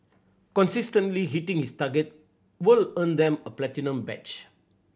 consistently hitting this target will earn them a platinum badge